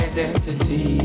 Identity